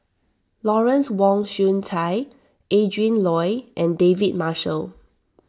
Lawrence Wong Shyun Tsai Adrin Loi and David Marshall